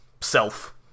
self